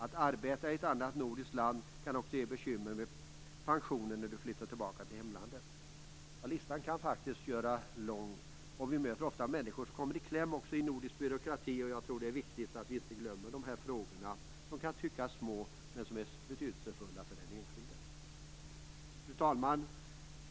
Att arbeta i ett annat nordiskt land kan också innebära bekymmer med pensionen när man flyttar tillbaka till hemlandet. Listan kan faktiskt göras lång. Vi möter ofta människor som kommer i kläm också i den nordiska byråkratin. Jag tror att det är viktigt att vi inte glömmer de här frågorna. De kan tyckas små, men de är betydelsefulla för den enskilde. Fru talman!